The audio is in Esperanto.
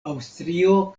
aŭstrio